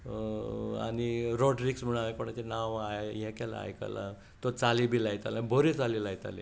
आनी रॉड्रिक्स म्हणून हांवें कोणाचें नांव आयकलां तो चाली बी लायतालो आनी बऱ्यो चाली लायताले